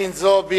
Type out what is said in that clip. חנין זועבי.